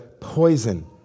poison